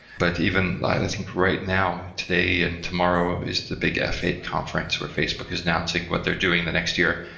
but even i think right now, today and tomorrow, is the big f eight conference, where facebook is announcing what they're doing in the next year.